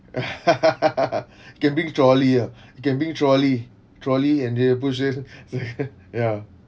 can bring trolley ah can bring trolley trolley and then push there ya